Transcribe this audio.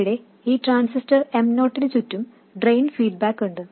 ഇവിടെ ഈ transistor M0 നു ചുറ്റും ഡ്രെയിൻ ഫീഡ്ബാക്ക് ഉണ്ട്